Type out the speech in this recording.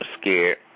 scared